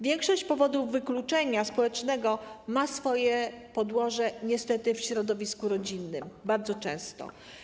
Większość powodów wykluczenia społecznego ma swoje podłoże niestety w środowisku rodzinnym, bardzo często.